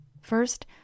First